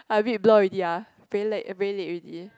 I a bit blur already ah very late very late already